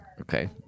Okay